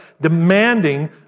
demanding